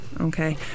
okay